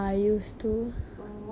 oh what grade you're at